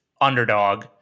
underdog